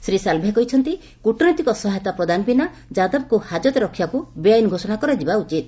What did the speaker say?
ଶ୍ରୀ ସାଲ୍ଭେ କହିଛନ୍ତି କ୍ରଟନୈତିକ ସହାୟତା ପ୍ରଦାନ ବିନା ଯାଦବଙ୍କୁ ହାଜତରେ ରଖିବାକୁ ବେଆଇନ ଘୋଷଣା କରାଯିବା ଉଚିତ